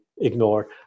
Ignore